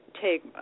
take